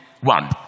one